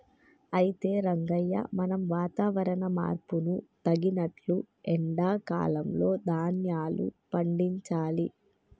అయితే రంగయ్య మనం వాతావరణ మార్పును తగినట్లు ఎండా కాలంలో ధాన్యాలు పండించాలి